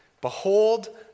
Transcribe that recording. Behold